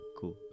Cool